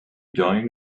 join